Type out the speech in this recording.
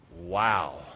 wow